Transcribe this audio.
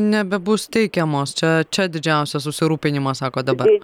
nebebus teikiamos čia čia didžiausią susirūpinimą sakot dabar